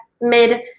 mid